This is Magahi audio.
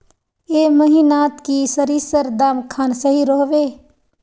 ए महीनात की सरिसर दाम खान सही रोहवे?